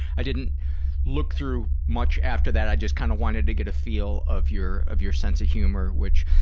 i didn't look through much after that, i just kinda kind of wanted to get a feel of your, of your sense of humor, which,